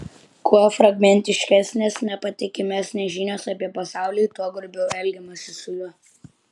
kuo fragmentiškesnės nepatikimesnės žinios apie pasaulį tuo grubiau elgiamasi su juo